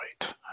Right